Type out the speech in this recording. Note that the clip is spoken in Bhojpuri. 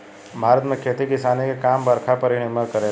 भारत में खेती किसानी के काम बरखा पर ही निर्भर करेला